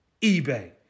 eBay